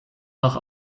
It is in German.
nach